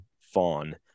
fawn